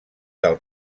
del